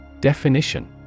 Definition